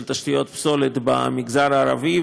של תשתיות פסולת במגזר הערבי,